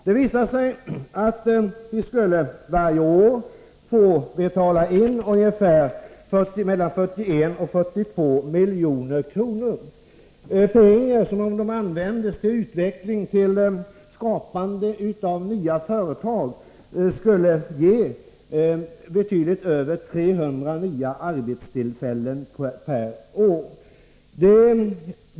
Det visar sig att företagen varje år skulle få betala in 41-42 milj.kr. Det är pengar som, om de användes till utveckling och till skapande av nya företag, skulle ge betydligt över 300 nya arbetstillfällen per år.